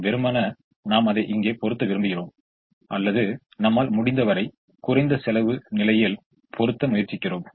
வெறுமனே நாம் அதை இங்கே பொறுத்த விரும்புகிறோம் அல்லது நம்மால் முடிந்தவரை குறைந்த செலவு நிலையில் பொறுத்த முயற்சிக்கிறோம்